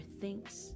thinks